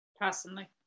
personally